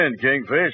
Kingfish